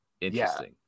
interesting